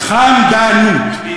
חמ-ד-נות.